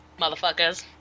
motherfuckers